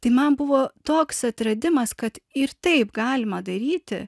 tai man buvo toks atradimas kad ir taip galima daryti